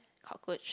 cockroach